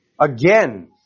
again